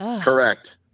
Correct